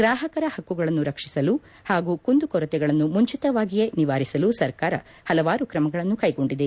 ಗ್ರಾಹಕರ ಹಕ್ಕುಗಳನ್ನು ರಕ್ಷಿಸಲು ಹಾಗೂ ಕುಂದು ಕೊರತೆಗಳನ್ನು ಮುಂಚಿತವಾಗಿಯೇ ನಿವಾರಿಸಲು ಸರ್ಕಾರ ಹಲವಾರು ಕ್ರಮಗಳನ್ನು ಕ್ರೈಗೊಂಡಿದೆ